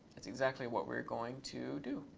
that's exactly what we're going to do.